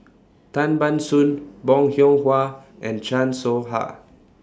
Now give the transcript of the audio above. Tan Ban Soon Bong Hiong Hwa and Chan Soh Ha